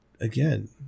again